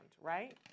right